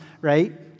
right